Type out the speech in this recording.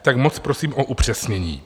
Tak moc prosím o upřesnění.